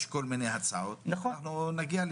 יש כל מיני הצעות ואנחנו נגיע לסיכומים.